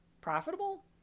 profitable